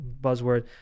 buzzword